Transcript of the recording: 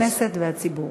והכנסת והציבור